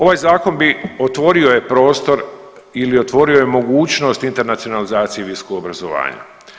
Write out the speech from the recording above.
Ovaj zakon bi, otvorio je prostor ili otvorio je mogućnost internacionalizacije visokog obrazovanja.